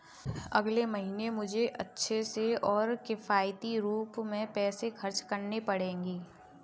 अगले महीने मुझे अच्छे से और किफायती रूप में पैसे खर्च करने पड़ेंगे